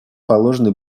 положены